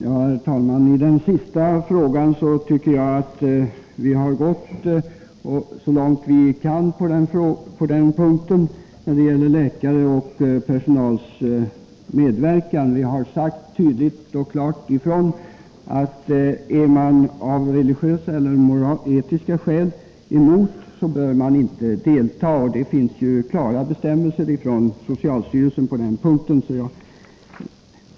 Herr talman! I den sistnämnda frågan tycker jag att vi har gått så långt vi kan när det gäller läkares och annan personals medverkan. Vi har tydligt och klart sagt ifrån, att är man av religiösa eller etiska skäl emot aborter så bör man inte delta. Det finns klara bestämmelser från socialstyrelsen på den punkten.